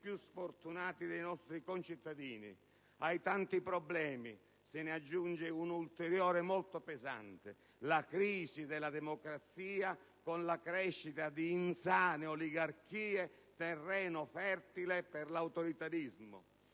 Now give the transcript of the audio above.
più sfortunati dei nostri concittadini. Ai tanti problemi se ne aggiunge uno ulteriore molto pesante: la crisi della democrazia, con la crescita di insane oligarchie, terreno fertile per l'autoritarismo.